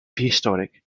prehistoric